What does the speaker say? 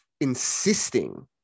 insisting